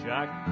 Jack